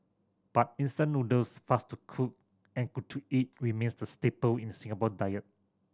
but instant noodles fast to cook and good to eat remains the staple in Singapore diet